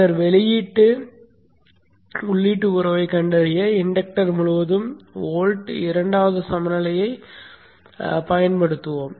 பின்னர் உள்ளீட்டு வெளியீட்டு உறவைக் கண்டறிய இன்டக்டர் முழுவதும் வோல்டின் இரண்டாவது சமநிலையைப் பயன்படுத்துவோம்